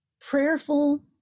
prayerful